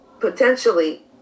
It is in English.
potentially